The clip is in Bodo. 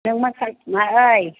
नों मा खालाय मा ओइ